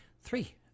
Three